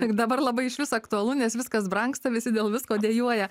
dabar labai išvis aktualu nes viskas brangsta visi dėl visko dejuoja